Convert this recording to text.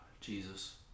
Jesus